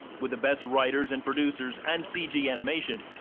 with the best writers and producers and cg animation,